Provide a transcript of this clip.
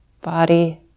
body